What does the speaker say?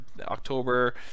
October